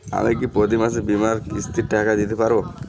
আমি কি প্রতি মাসে বীমার কিস্তির টাকা দিতে পারবো?